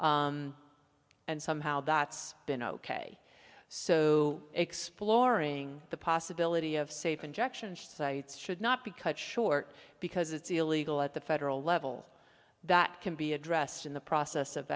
vermont and somehow that's been ok so exploring the possibility of safe injection sites should not be cut short because it's illegal at the federal level that can be addressed in the process of